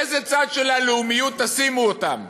באיזה צד של הלאומיות תשימו אותם?